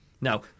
Now